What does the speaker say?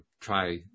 try